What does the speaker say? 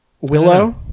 Willow